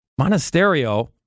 Monasterio